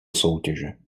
soutěže